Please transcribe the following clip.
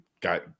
Got